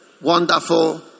wonderful